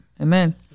Amen